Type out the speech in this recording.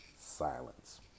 Silence